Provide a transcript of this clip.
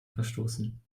verstoßen